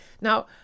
Now